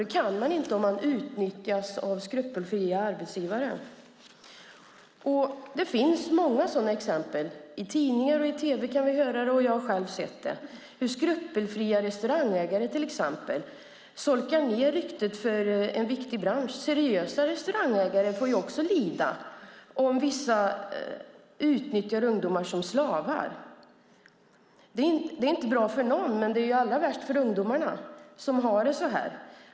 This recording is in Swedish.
Det kan man nämligen inte om man utnyttjas av skrupelfria arbetsgivare. Det finns många sådana exempel. Vi kan läsa i tidningar och höra i tv - och jag har själv sett - hur skrupelfria restaurangägare solkar ned ryktet för en viktig bransch. Seriösa restaurangägare får också lida om vissa utnyttjar ungdomar som slavar. Det är inte bra för någon, men det är allra värst för de ungdomar som har det så här.